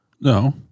No